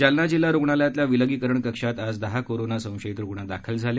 जालना जिल्हा रुग्णालयातल्या विलगीकरण कक्षात आज दहा कोरोना संशयित रुग्ण दाखल झाले